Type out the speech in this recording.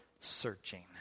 searching